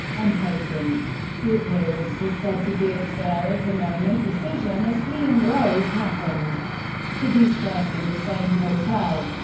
and patience. the appearance was said to be a spur-of-the-moment decision, as he and rose happened to be staying in the same hotel.